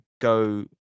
go